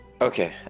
okay